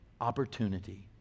opportunity